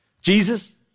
Jesus